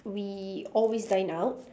we always dine out